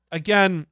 again